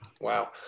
Wow